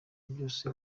byose